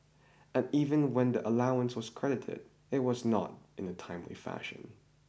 and even when the allowance was credited it was not in a timely fashion